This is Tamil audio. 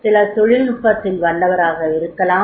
சிலர் தொழில்நுட்பத்தில் வல்லவராக இருக்கலாம்